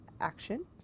action